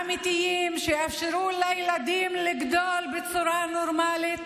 אמיתיים, שיאפשרו לילדים לגדול בצורה נורמלית,